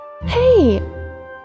hey